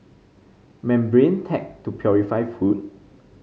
membrane tech to purify food